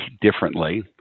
differently